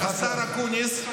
זה היה, השר אקוניס,